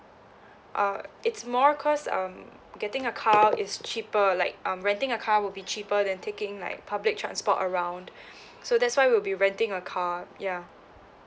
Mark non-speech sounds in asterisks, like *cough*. uh it's more cause um getting a car is cheaper like um renting a car will be cheaper than taking like public transport around *breath* so that's why we'll be renting a car ya